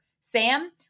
Sam